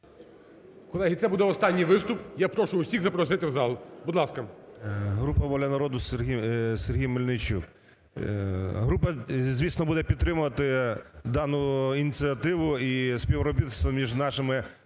Група "Воля народу", Сергій Мельничук. Група, звісно, буде підтримувати дану ініціативу, і співробітництво між нашими